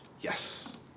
Yes